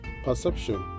perception